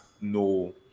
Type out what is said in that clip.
no